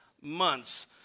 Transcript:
months